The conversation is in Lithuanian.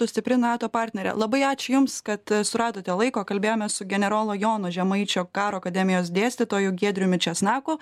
stipri nato partnerė labai ačiū jums kad suradote laiko kalbėjomės su generolo jono žemaičio karo akademijos dėstytoju giedriumi česnaku